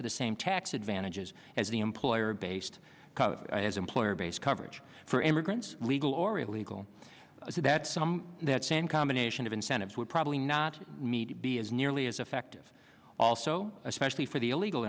to the same tax advantages as the employer based as employer based coverage for immigrants legal or illegal so that some that same combination of incentives would probably not meet be as nearly as effective also especially for the illegal